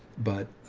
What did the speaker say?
but, ah,